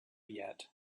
yet